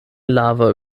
lava